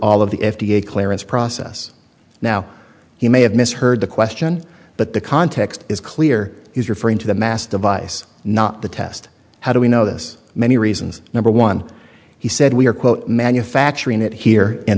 all of the f d a clearance process now he may have misheard the question but the context is clear he's referring to the mass device not the test how do we know this many reasons number one he said we are quote manufacturing it here in